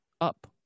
up